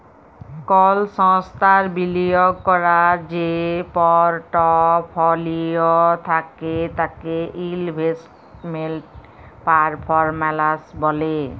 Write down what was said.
call সংস্থার বিলিয়গ ক্যরার যে পরটফলিও থ্যাকে তাকে ইলভেস্টমেল্ট পারফরম্যালস ব্যলে